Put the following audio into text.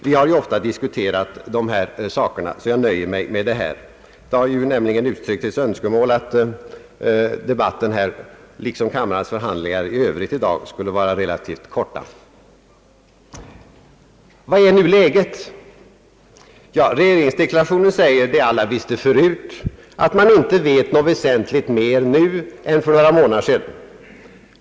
Vi har ju ofta diskuterat dessa problem och jag skall begränsa mig till det nu sagda — det har nämligen uttryckts ett önskemål att denna debatt liksom kamrarnas förhandlingar i övrigt skall bli relativt korta i dag. Vad är nu läget? Ja, regeringsdeklarationen säger det som vi alla kände till förut, att man inte vet något väsentligt mera nu än för några månader sedan.